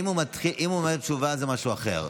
אם הוא אומר תשובה, זה משהו אחר.